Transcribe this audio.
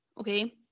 Okay